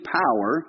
power